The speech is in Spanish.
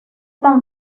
tan